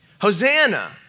Hosanna